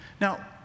Now